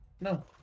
No